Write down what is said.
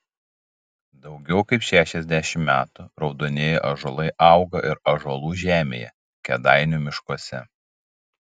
daugiau kaip šešiasdešimt metų raudonieji ąžuolai auga ir ąžuolų žemėje kėdainių miškuose